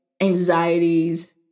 anxieties